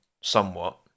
somewhat